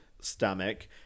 stomach